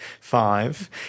five